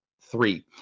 three